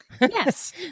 Yes